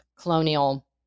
colonial